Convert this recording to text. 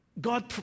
God